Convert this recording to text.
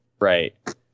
Right